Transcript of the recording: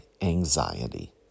anxiety